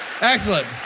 Excellent